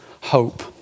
hope